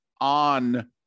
on